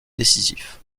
décisif